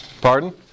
Pardon